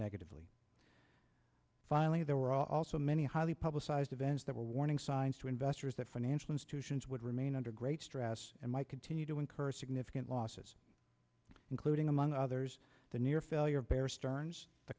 negatively finally there were also many highly publicized events that were warning signs to investors that financial institutions would remain under great stress and might continue to incur significant losses including among others the near failure of bear stearns the